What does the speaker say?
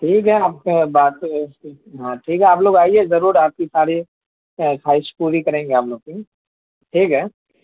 ٹھیک ہے آپ سے بات ہاں ٹھیک ہے آپ لوگ آئیے ضرور آپ کی ساری خواہش پوری کریں گے آپ لوگ کی ٹھیک ہے